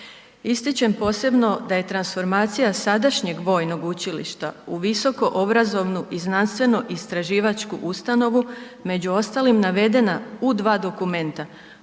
Ističem posebno da je transformacija sadašnjeg vojnog učilišta u visokoobrazovnu i znanstveno istraživačku ustanovu među ostalim navedena u dva dokumenta,